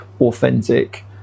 authentic